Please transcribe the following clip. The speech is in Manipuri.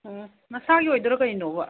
ꯎꯝ ꯅꯁꯥꯒꯤ ꯑꯣꯏꯗꯣꯏꯔꯣ ꯀꯩꯅꯣꯕ